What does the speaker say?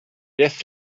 death